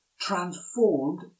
transformed